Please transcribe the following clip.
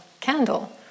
candle